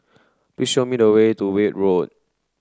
please show me the way to Weld Road